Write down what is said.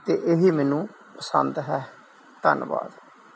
ਅਤੇ ਇਹ ਹੀ ਮੈਨੂੰ ਪਸੰਦ ਹੈ ਧੰਨਵਾਦ